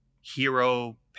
hero